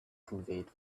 conveyed